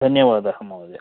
धन्यवादः महोदयः